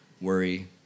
worry